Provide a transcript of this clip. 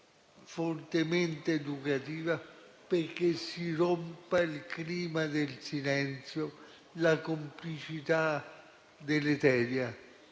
fortemente educativa, perché si rompa il clima del silenzio, la complicità deleteria